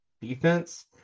defense –